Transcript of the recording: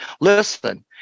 Listen